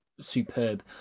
superb